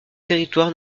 territoires